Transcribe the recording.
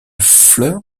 fleurs